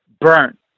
burnt